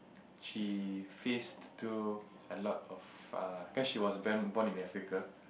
she faced through a lot of err cause she was born born in Africa